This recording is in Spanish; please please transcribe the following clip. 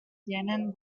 tienen